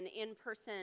in-person